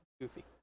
goofy